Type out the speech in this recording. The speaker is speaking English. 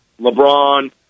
LeBron